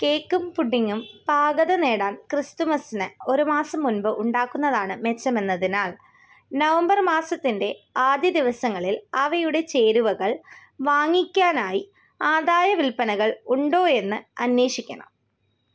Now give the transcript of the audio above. കേക്കും പുഡിങ്ങും പാകത നേടാൻ ക്രിസ്തുമസിന് ഒരു മാസം മുൻപ് ഉണ്ടാക്കുന്നതാണ് മെച്ചമെന്നതിനാൽ നവംബർ മാസത്തിൻ്റെ ആദ്യ ദിവസങ്ങളിൽ അവയുടെ ചേരുവകൾ വാങ്ങിക്കാനായി ആദായ വിൽപ്പനകൾ ഉണ്ടോ എന്ന് അന്വേഷിക്കണം